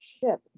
ship